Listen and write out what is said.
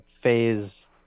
phase